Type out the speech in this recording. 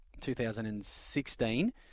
2016